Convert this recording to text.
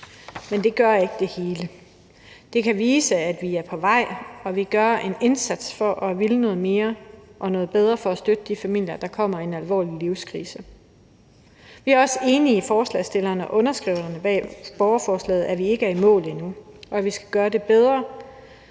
Men det gør ikke det hele. Det kan vise, at vi er på vej, og at vi gør en indsats for at ville noget mere og noget bedre for at støtte de familier, der kommer i en alvorlig livskrise. Vi er også enige med forslagsstillerne og underskriverne af borgerforslaget i, at vi ikke er i mål endnu, og at vi skal gøre det bedre.